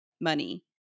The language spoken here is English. money